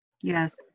yes